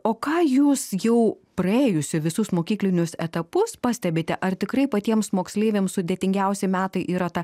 o ką jūs jau praėjusi visus mokyklinius etapus pastebite ar tikrai patiems moksleiviams sudėtingiausi metai yra ta